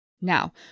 Now